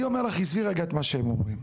אני אומר לך, עזבי רגע את מה שהם אומרים,